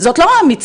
זאת לא המציאות,